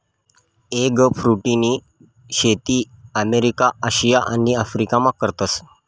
एगफ्रुटनी शेती America, Asia आणि आफरीकामा करतस